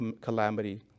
calamity